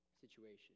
situation